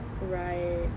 Right